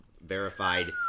verified